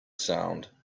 sound